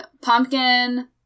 pumpkin